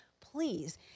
please